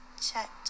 Checked